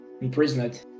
imprisoned